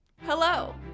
Hello